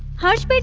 harsh! but